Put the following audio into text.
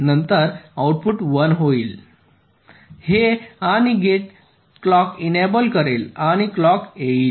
नंतर आउटपुट 1 होईल हे आणि गेट क्लॉक एनेबल करेल आणि क्लॉक येईल